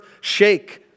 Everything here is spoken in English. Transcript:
shake